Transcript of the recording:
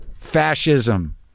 Fascism